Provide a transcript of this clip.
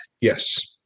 Yes